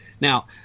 Now